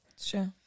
Sure